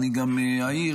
אני גם אעיר,